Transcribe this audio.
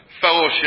fellowship